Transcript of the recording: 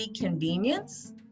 convenience